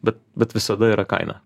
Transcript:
bet bet visada yra kaina